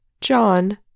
John